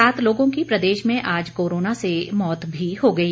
सात लोगों की प्रदेश में आज कोरोना से मौत भी हो गई